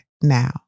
now